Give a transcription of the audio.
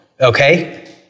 okay